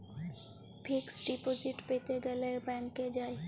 fixed deposit প্যাতে গ্যালে ব্যাংকে যায়